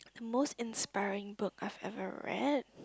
most inspiring book I've ever read